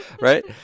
right